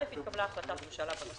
אל"ף, התקבלה החלטת ממשלה בנושא,